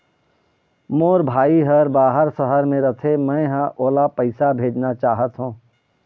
मोर भाई हर बाहर शहर में रथे, मै ह ओला पैसा भेजना चाहथों